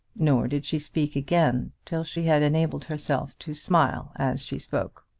nor did she speak again till she had enabled herself to smile as she spoke.